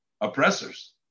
oppressors